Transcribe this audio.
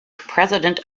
president